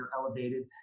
elevated